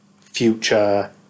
future